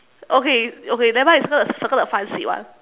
okay okay nevermind you circle circle the front seat [one]